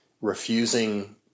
refusing